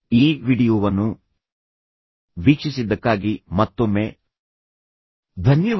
ಈ ವಿಡಿಯೋವನ್ನು ವೀಕ್ಷಿಸಿದ್ದಕ್ಕಾಗಿ ಮತ್ತೊಮ್ಮೆ ಧನ್ಯವಾದಗಳು